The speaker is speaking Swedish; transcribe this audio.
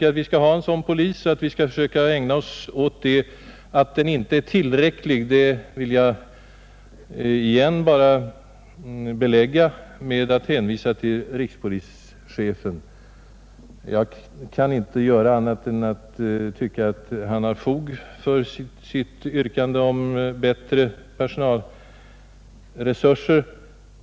Att poliskåren nu numerärt inte är tillräcklig vill jag åter belägga genom att hänvisa till rikspolischefen. Jag kan inte finna annat än att han har fog för sitt yrkande om bättre personalresurser.